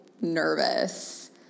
nervous